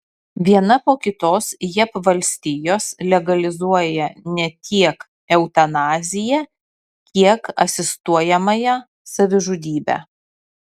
viena po kitos jav valstijos legalizuoja ne tiek eutanaziją kiek asistuojamąją savižudybę